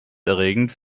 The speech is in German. erregend